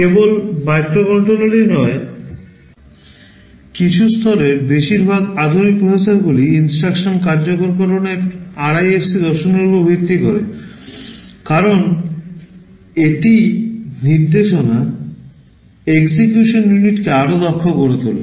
কেবল মাইক্রোকন্ট্রোলারই নয় কিছু স্তরের বেশিরভাগ আধুনিক প্রসেসরগুলি instruction কার্যকরকরণের RISC দর্শনের উপর ভিত্তি করে কারণ এটি নির্দেশনা execution ইউনিটকে আরও দক্ষ করে তোলে